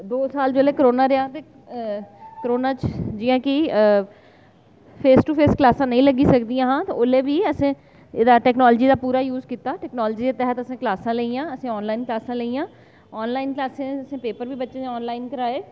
दो साल जेल्लै करोना रेहा ते करोना च जि'यां कि फेस टू फेस क्लासां नेईं लग्गी सकदियां हां ते उसलै बी एह्दा टेक्नोलॉज़ी दा पूरा यूज़ कीता दे तैह्त असें कलासां लेइयां ऑनलाइन क्लासां असें पेपर बी बच्चें दे ऑनलाइन कराए